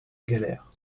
galère